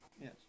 Yes